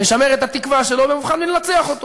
לשמר את התקווה שלא במובחן מלנצח אותו.